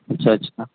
اچھا اچھا